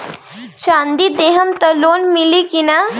चाँदी देहम त लोन मिली की ना?